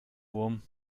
wurm